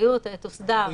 האחריות תוסדר.